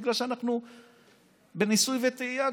בגלל שאנחנו בניסוי וטעייה,